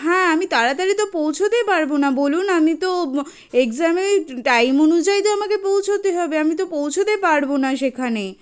হ্যাঁ আমি তাড়াতাড়ি তো পৌঁছোতেই পারবো না বলুন আমি তো এক্সামে ওই টাইম অনুযায়ী তো আমাকে পৌঁছোতে হবে আমি তো পৌঁছোতে পারবো না সেখানে